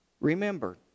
Remember